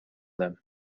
them